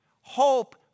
Hope